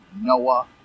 Noah